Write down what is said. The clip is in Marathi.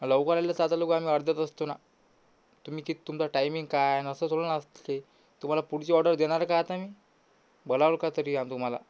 लवकर आले असतं तर आता लोकं आम्ही अर्ध्यात असतो ना तुम्ही की तुमचा टाईमिंग काय अन असं थोडी ना असतं ते तुम्हाला पुढची ऑर्डर देणार आहे का आता मी बोलावंल का तरी आम्ही तुम्हाला